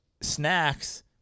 Snacks